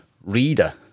reader